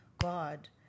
God